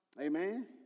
Amen